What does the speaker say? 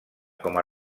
com